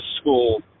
school